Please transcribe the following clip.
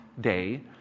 day